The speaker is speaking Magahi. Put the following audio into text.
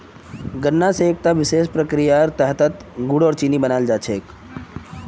गन्ना स एकता विशेष प्रक्रियार तहतत गुड़ आर चीनी बनाल जा छेक